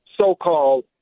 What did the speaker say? so-called